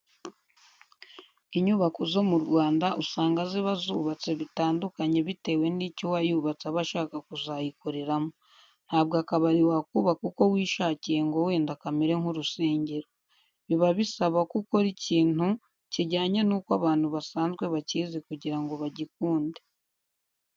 Inyubako zo mu Rwanda usanga ziba zubatse bitandukanye bitewe n'icyo uwayubatse aba ashaka kuzayikoreramo. Ntabwo akabari wakubaka uko wishakiye ngo wenda kamere nk'urusengero. Biba bisaba ko ukora intu kijyanye n'uko abantu basanzwe bakizi kugira ngo bagikunde.